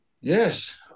yes